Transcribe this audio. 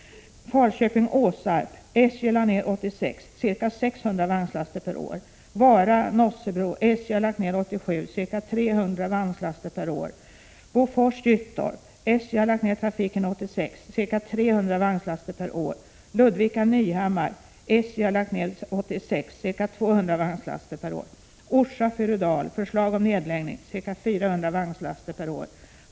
Falköping Åsarp - SJ lade ned trafiken 1986, ca 600 vagnslaster per år. Vara-Nossebro— SJ lade ned trafiken 1987, ca 300 vagnslaster per år. Bofors-Gyttorp— SJ lade ned trafiken 1986, ca 300 vagnslaster per år. Ludvika-Nyhammar — SJ lade ned trafiken 1986, ca 200 vagnslaster per år. Orsa-Furudal — förslag om nedläggning, ca 400 vagnslaster per år.